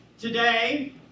today